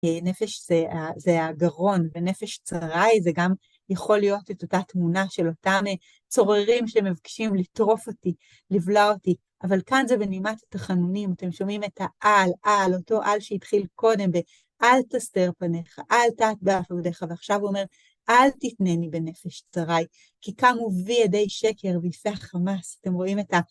נפש זה הגרון, ונפש צריי זה גם יכול להיות את אותה תמונה של אותם צוררים שמבקשים לטרוף אותי, לבלע אותי, אבל כאן זה בנימת התחנונים, אתם שומעים את האל, אל, אותו אל שהתחיל קודם ב-אל תסתר פניך, אל תסתיר פניך, ועכשיו הוא אומר- אל תתנני בנפש צריי, כי כאן הוביא ידי שקר ויפי החמאס, אתם רואים את ה...